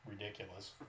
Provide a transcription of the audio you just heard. ridiculous